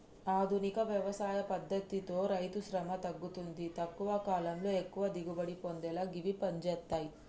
ఆధునిక వ్యవసాయ పద్దతితో రైతుశ్రమ తగ్గుతుంది తక్కువ కాలంలో ఎక్కువ దిగుబడి పొందేలా గివి పంజేత్తయ్